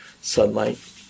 sunlight